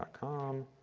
com